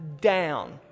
down